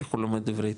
איך הוא לומד עברית?